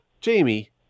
jamie